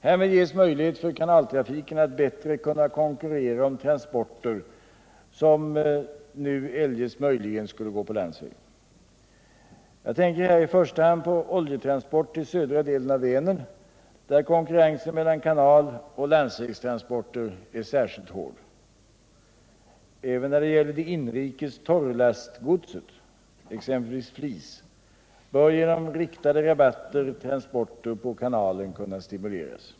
Härmed ges möjlighet för kanaltrafiken att bättre kunna konkurrera om transporter som nu eljest möjligen skulle gå på landsväg. Jag tänker här i första hand på oljetransporter till södra delen av Vänern, där konkurrensen mellan kanaloch landsvägstransporter är särskilt hård. Även när det gäller det inrikes torrlastgodset — exempelvis flis — bör genom riktade rabatter transporter på kanalen kunna stimuleras.